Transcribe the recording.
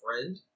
friend